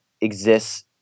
exists